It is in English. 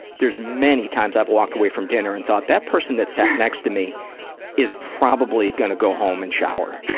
there's many times i've walked away from dinner and thought, that person that sat next to me is probably gonna go home and shower,